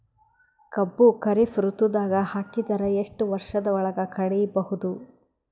ಕಬ್ಬು ಖರೀಫ್ ಋತುದಾಗ ಹಾಕಿದರ ಎಷ್ಟ ವರ್ಷದ ಒಳಗ ಕಡಿಬಹುದು?